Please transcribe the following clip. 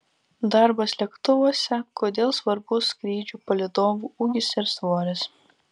darbas lėktuvuose kodėl svarbus skrydžių palydovų ūgis ir svoris